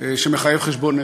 שמחייב חשבון נפש.